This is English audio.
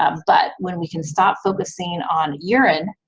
um but, when we can stop focusing on urine,